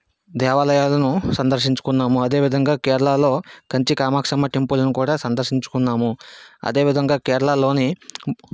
దేవాలయాల్ను సందర్శించుకున్నాము అదే విధంగా కేరళాలో కంచి కామాక్షమ్మ టెంపుల్ని కూడా సందర్శించుకున్నాము అదేవిధంగా కేరళలోని